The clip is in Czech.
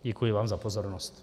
Děkuji vám za pozornost.